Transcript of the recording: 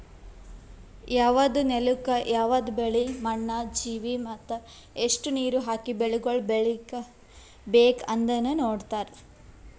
ಯವದ್ ನೆಲುಕ್ ಯವದ್ ಬೆಳಿ, ಮಣ್ಣ, ಜೀವಿ ಮತ್ತ ಎಸ್ಟು ನೀರ ಹಾಕಿ ಬೆಳಿಗೊಳ್ ಬೇಕ್ ಅಂದನು ನೋಡತಾರ್